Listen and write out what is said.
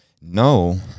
no